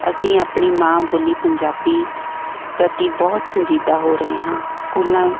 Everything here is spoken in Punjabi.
ਅਸੀਂ ਆਪਣੀ ਮਾਂ ਬੋਲੀ ਪੰਜਾਬੀ ਪ੍ਰਤੀ ਬਹੁਤ ਸੰਜੀਦਾ ਹੋ ਰਹੇ ਹਾਂ ਸਕੂਲਾਂ